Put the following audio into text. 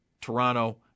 toronto